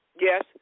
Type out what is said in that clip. yes